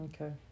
Okay